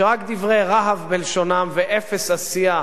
שרק דברי רהב בלשונם ואפס עשייה